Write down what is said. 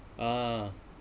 ah